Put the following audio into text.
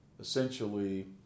essentially